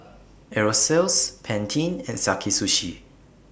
Aerosoles Pantene and Sakae Sushi